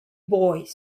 boys